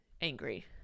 angry